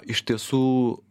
iš tiesų